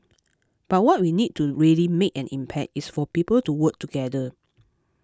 but what we need to really make an impact is for people to work together